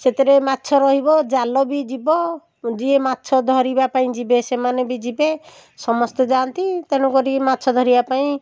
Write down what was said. ସେଥିରେ ମାଛ ରହିବ ଜାଲ ବି ଯିବ ଯିଏ ମାଛ ଧରିବା ପାଇଁ ଯିବେ ସେମାନେ ବି ଯିବେ ସମସ୍ତେ ଯାଆଁନ୍ତି ତେଣୁକରି ମାଛ ଧରିବା ପାଇଁ